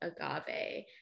agave